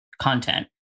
content